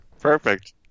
perfect